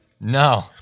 no